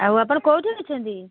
ଆଉ ଆପଣ କେଉଁଠି ଅଛନ୍ତି